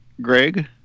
Greg